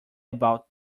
about